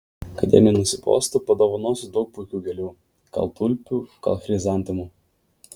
kad jai nenusibostų padovanosiu daug puikių gėlių gal tulpių gal chrizantemų